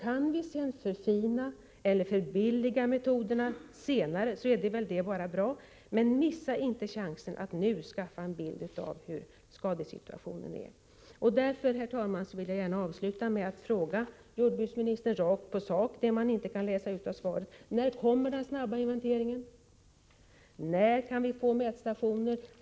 Kan vi förfina eller förbilliga metoderna senare är det bara bra, men missa inte chansen att nu skaffa en bild av hur skadesituationen är. Därför vill jag, herr talman, sluta med att rakt på sak fråga jordbruksministern om det man inte kan läsa ut ur svaret: När kommer den snabba inventeringen? När kan vi få mätstationer?